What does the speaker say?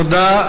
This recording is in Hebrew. תודה.